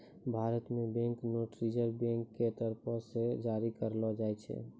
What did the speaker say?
भारत मे bank note reserve bank के तरफो से जारी करलो जाय छै